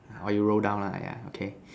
or you roll down lah ya okay